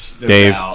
Dave